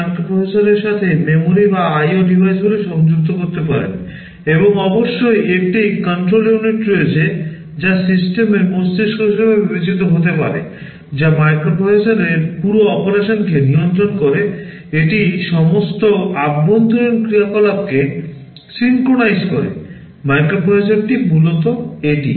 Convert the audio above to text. মাইক্রোপ্রসেসরটি মূলত এটি